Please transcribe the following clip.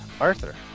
Arthur